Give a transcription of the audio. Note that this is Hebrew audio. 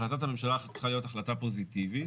החלטת הממשלה צריכה להיות החלטה פוזיטיבית.